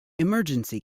emergency